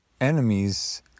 enemies